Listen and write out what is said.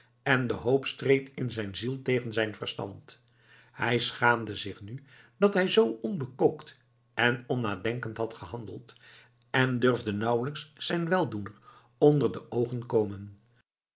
en de hoop streed in zijn ziel tegen zijn verstand hij schaamde zich nu dat hij zoo onbekookt en onnadenkend had gehandeld en durfde nauwelijks zijn weldoener onder de oogen komen